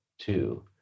two